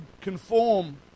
conform